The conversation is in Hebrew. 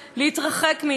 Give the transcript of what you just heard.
הגל הזה,